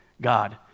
God